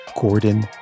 gordon